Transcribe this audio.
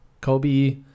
Kobe